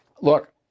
look